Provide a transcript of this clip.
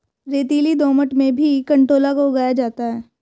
रेतीली दोमट में भी कंटोला को उगाया जाता है